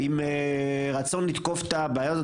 עם רצון לתקוף את הבעיה הזאת.